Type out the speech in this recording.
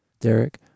Derek